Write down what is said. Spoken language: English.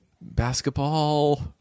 Basketball